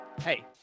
Hey